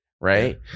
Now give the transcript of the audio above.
right